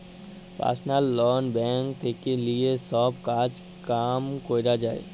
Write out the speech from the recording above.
personal loan bank থেক্যে লিয়ে সব কাজ কাম ক্যরা যায়